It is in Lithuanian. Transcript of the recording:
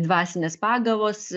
dvasinės pagavos